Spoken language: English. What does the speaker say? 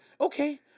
okay